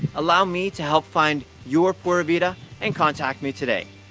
allow me to help find your pura vida and contact me today!